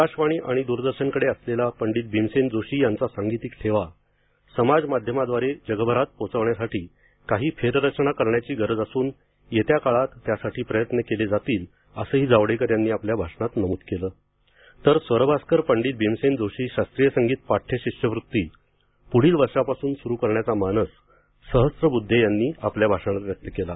आकाशवाणी आणि दूरदर्शनकडे असलेला पंडित भीमसेन जोशी यांचा सांगीतिक ठेवा समाज माध्यमाद्वारे जगभरात पोहोचवण्यासाठी काही फेररचना करण्याची गरज असून येत्या काळात त्यासाठी प्रयत्न केले जातील असेही जावडेकर यांनी आपल्या भाषणात नमूद केल तर स्वरभास्कर पंडित भीमसेन जोशी शास्त्रीय संगीत पाठ्य शिष्यवृत्ती पुढील वर्षापासून सुरू करण्याचा मानस सहस्त्रबुद्धे यांनी आपल्या भाषणात व्यक्त केला